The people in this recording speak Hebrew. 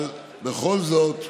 אבל בכל זאת,